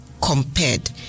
compared